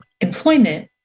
employment